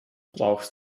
brauchst